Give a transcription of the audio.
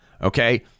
Okay